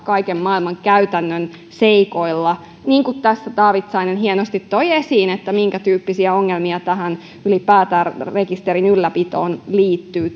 sitä kaiken maailman käytännön seikoilla tässä taavitsainen hienosti toi esiin minkätyyppisiä ongelmia ylipäätään tähän rekisterin ylläpitoon liittyy